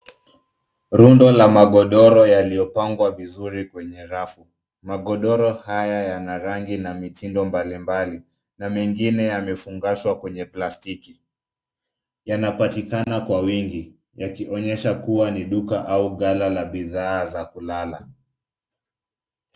Rundo la magodoro yaliyopangwa vizuri kwenye rafu. Magodoro haya yana rangi na mitindo mbali mbali na mengine yamefungashwa kwenye plastiki. Yanapatikana kwa wingi, yakionyesha kuwa ni duka au ghala la bidhaa za kulala.